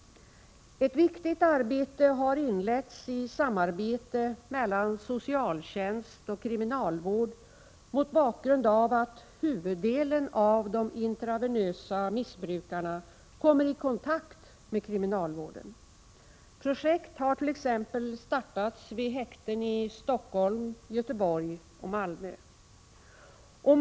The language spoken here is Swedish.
Ett viktigt arbete har inletts i samarbete mellan socialtjänst och kriminalvård, mot bakgrund av att huvuddelen av de personer som missbrukar intravenöst kommer i kontakt med kriminalvården. Projekt hart.ex. startats vid häkten i Stockholm, Göteborg och Malmö.